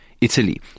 Italy